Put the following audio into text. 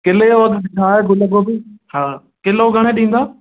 किले जो अघु छाहे गुल गोभी हा किलो घणे ॾींदव